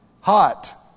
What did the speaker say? Hot